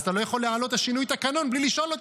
אז אתה לא יכול להעלות את שינוי התקנון בלי לשאול אותה.